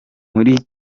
muri